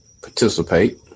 participate